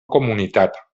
comunitat